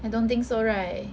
I don't think so right